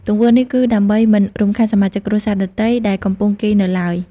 ទង្វើនេះគឺដើម្បីមិនរំខានសមាជិកគ្រួសារដទៃដែលកំពុងគេងនៅឡើយ។